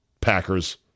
Packers